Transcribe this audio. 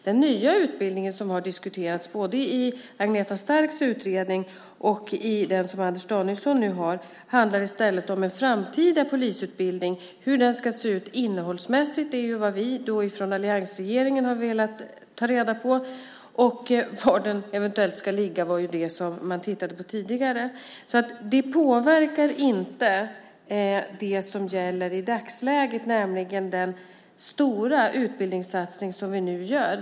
Den nya utbildningen som har diskuterats både i Agneta Starks utredning och i den som Anders Danielsson nu gör handlar i stället om hur en framtida polisutbildning ska se ut innehållsmässigt. Det är vad vi från alliansregeringen har velat ta reda på. Var den eventuellt ska ligga var det som den tidigare utredningen tittade på. Det påverkar inte i dagsläget den stora utbildningssatsning som vi nu gör.